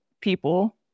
people